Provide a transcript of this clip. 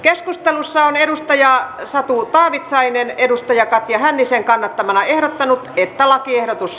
keskustelussa on satu taavitsainen katja hännisen kannattamana ehdottanut että lakiehdotus